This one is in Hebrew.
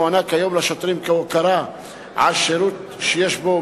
המוענק כיום לשוטרים כהוקרה על שירות שיש בו